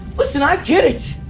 listen, i get it!